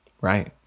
right